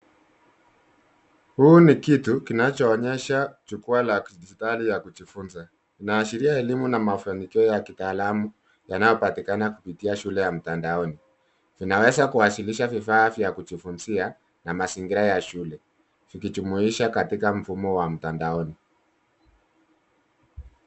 Huu ni kitu kinachoonyesha jukwaa la kidijitali ya kujifunza. Imaashiria elimu na mafanikio ya kitaalamu yanayopatikana kupitia shule ya mtandaoni. Vinaweza kuwasilisha vifaa vya kujifunzia na mazingira ya shule vikijumuisha katika mfumo wa mtandaoni.